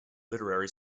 literary